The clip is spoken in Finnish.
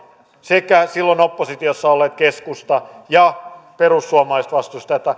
sekä silloin oppositiossa olleet keskusta ja perussuomalaiset